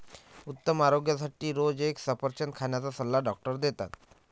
उत्तम आरोग्यासाठी रोज एक सफरचंद खाण्याचा सल्ला डॉक्टर देतात